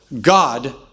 God